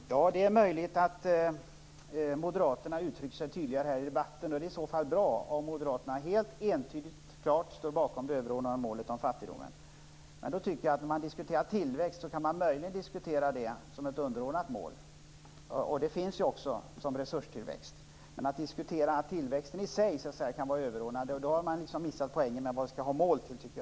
Herr talman! Det är möjligt att moderaterna uttrycker sig tydligare här i debatten. Det är i så fall bra om moderaterna helt entydigt och klart står bakom det överordnade målet om fattigdomen. Men jag tycker att man möjligen kan diskutera tillväxten som ett underordnat mål. Det finns ju också ett mål om resurstillväxt. Men om man diskuterar tillväxten i sig som överordnad har man missat poängen med vad man skall ha ett mål till.